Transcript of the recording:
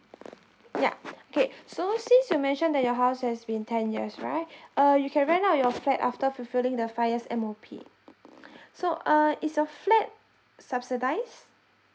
ya okay so since you mentioned that your house has been ten years right uh you can rent out your flat after fulfilling the five years M_O_P so uh is your flat subsidised